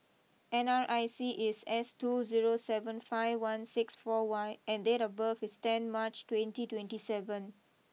N R I C is S two zero seven five one six four Y and date of birth is ten March twenty twenty seven